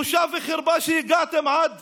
בושה וחרפה שהגעתם עד